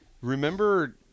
remember